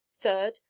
Third